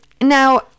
Now